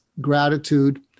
gratitude